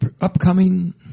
upcoming